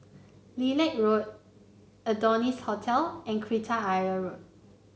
Lilac Road Adonis Hotel and Kreta Ayer Road